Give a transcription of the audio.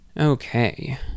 Okay